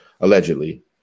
allegedly